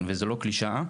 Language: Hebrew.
וזאת לא קלישאה